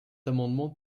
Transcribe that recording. amendement